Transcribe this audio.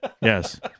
yes